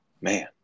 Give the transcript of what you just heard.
Man